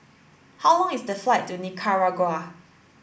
how long is the flight to Nicaragua